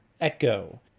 Echo